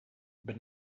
but